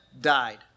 died